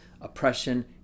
oppression